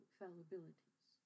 fallibilities